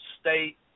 state